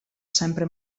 sempre